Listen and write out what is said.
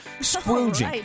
Scrooge